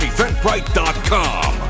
Eventbrite.com